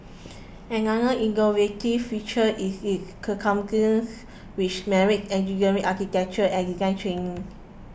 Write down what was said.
another innovative feature is its which marries engineering architecture and design training